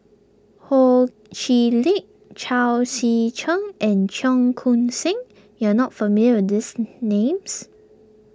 Ho Chee Lick Chao Tzee Cheng and Cheong Koon Seng you are not familiar with these names